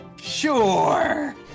sure